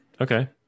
okay